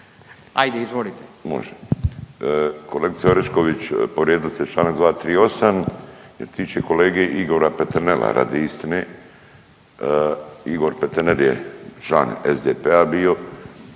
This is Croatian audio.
ajde izvolite./… Može. Kolegice Orešković, povrijedili ste čl. 238 što se tiče kolege Igora Peternela radi istine, Igor Peternel je član SDP-a bio